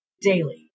daily